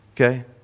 Okay